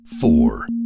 four